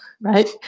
right